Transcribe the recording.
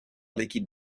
l’équipe